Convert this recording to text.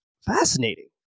fascinating